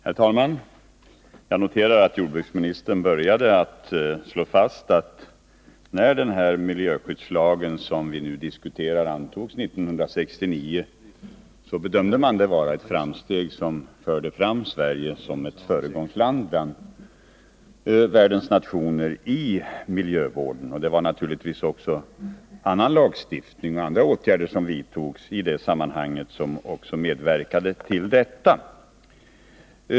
Herr talman! Jag noterar att jordbruksministern började med att slå fast att när den miljöskyddslag som vi nu diskuterar antogs 1969 bedömdes den vara ett framsteg som förde fram Sverige som ett föregångsland bland världens nationer inom miljövården. Det var naturligtvis också annan lagstiftning och andra åtgärder som vidtogs i det sammanhanget som medverkade till detta.